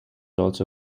also